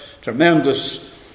Tremendous